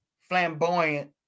flamboyant